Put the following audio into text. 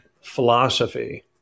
philosophy